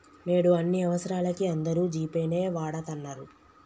నేడు అన్ని అవసరాలకీ అందరూ జీ పే నే వాడతన్నరు